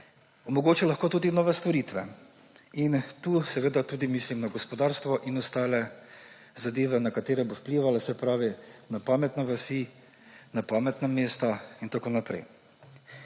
Omogoča lahko tudi nove storitve. In tu seveda tudi mislim na gospodarstvo in ostale zadeve, na katere bo vplivala, se pravi na pametne vasi, na pametna mesta in tako naprej.